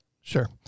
Sure